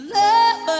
love